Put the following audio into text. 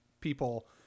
people